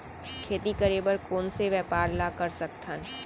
खेती करे बर कोन से व्यापार ला कर सकथन?